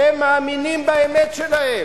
הם מאמינים באמת שלהם.